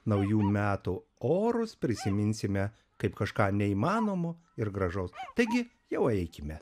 naujų metų orus prisiminsime kaip kažką neįmanomo ir gražaus taigi jau eikime